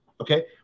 Okay